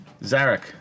Zarek